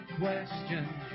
questions